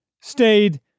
stayed